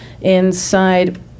inside